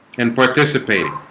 and participating